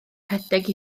rhedeg